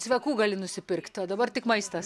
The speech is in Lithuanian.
cvekų gali nusipirkt o dabar tik maistas